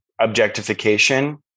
objectification